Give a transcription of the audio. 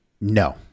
No